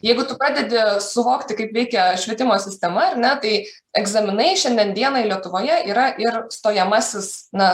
jeigu tu pradedi suvokti kaip veikia švietimo sistema ar ne tai egzaminai šiandien dienai lietuvoje yra ir stojamasis na